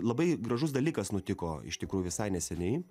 labai gražus dalykas nutiko iš tikrųjų visai neseniai